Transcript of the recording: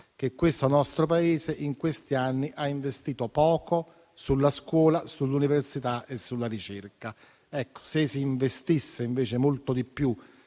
il nostro Paese in questi anni ha investito poco sulla scuola, sull'università e sulla ricerca. Se si investisse invece molto più